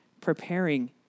preparing